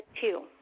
two